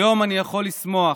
היום אני יכול לשמוח